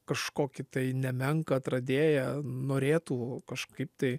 kažkokį tai nemenką atradėją norėtų kažkaip tai